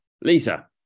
Lisa